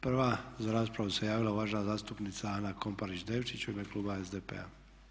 Prva za raspravu se javila uvažena zastupnica Ana Komparić Devčić u ime kluba SDP-a.